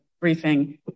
briefing